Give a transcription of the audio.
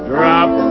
Drop